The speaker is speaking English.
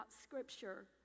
scripture